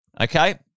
okay